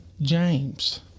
James